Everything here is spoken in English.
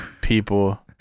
people